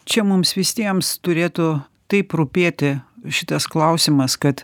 čia mums visiems turėtų taip rūpėti šitas klausimas kad